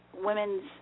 Women's